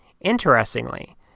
Interestingly